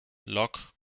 lok